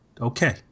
okay